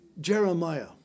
jeremiah